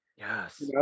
yes